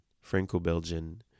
Franco-Belgian